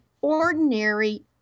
ordinary